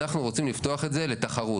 אנחנו רוצים לפתוח את זה לתחרות.